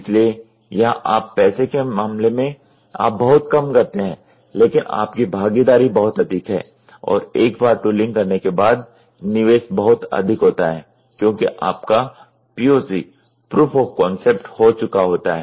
इसलिए यहां आप पैसे के मामले में आप बहुत कम करते हैं लेकिन आपकी भागीदारी बहुत अधिक है और एक बार टूलिंग करने के बाद निवेश बहुत अधिक होता है क्योंकि आपका POC हो चुका होता है